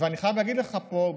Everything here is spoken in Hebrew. ואני חייב להגיד לך פה,